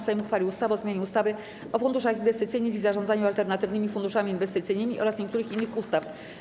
Sejm uchwalił ustawę o zmianie ustawy o funduszach inwestycyjnych i zarządzaniu alternatywnymi funduszami inwestycyjnymi oraz niektórych innych ustaw.